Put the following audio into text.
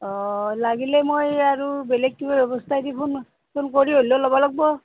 অঁ লাগিলে মই আৰু বেলেগ কিব ব্যৱস্থা দি ফোন ফোন কৰি হ'লেও ল'ব লাগিব